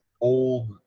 old